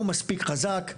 הוא מספיק חזק,